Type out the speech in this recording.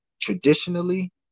traditionally